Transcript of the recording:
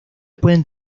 pueden